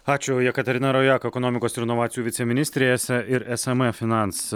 ačiū jekaterina rojaka ekonomikos ir inovacijų viceministrė ese ir esm finance